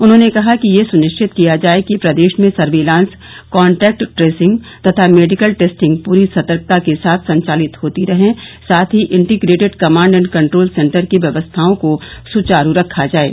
उन्होंने कहा कि यह सुनिश्चित किया जाये कि प्रदेश में सर्विलांस कान्टैक्ट ट्रेसिंग तथा मेडिकल टेस्टिंग पूरी सतर्कता के साथ संचालित होती रहें साथ ही integrated command and control centre की व्यवस्थाओं को सुचारू रखा जाये